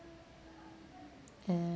and